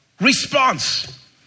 response